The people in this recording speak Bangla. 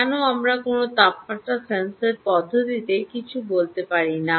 কেন আমরা কোনও তাপমাত্রা সেন্সর পদ্ধতিতে কিছু বলতে পারি না